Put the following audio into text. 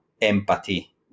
empathy